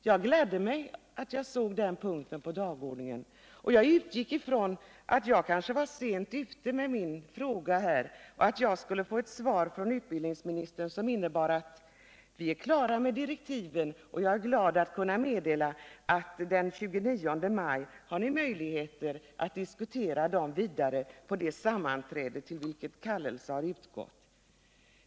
Jag gladde mig åt att se den punkten på dagordningen, och jag utgick ifrån att jag kanske var sent ute med min fråga och skulle få ett svar från utbildningsministern som lät ungefär: Vi är klara med direktiven, och jag är glad att jag kan meddela att ni har möjlighet att den 29 maj diskutera dem vidare vid det sammanträde till vilket kallelse har utgått.